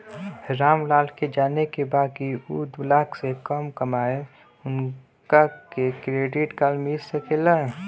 राम लाल के जाने के बा की ऊ दूलाख से कम कमायेन उनका के क्रेडिट कार्ड मिल सके ला?